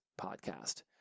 podcast